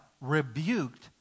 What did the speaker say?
Rebuked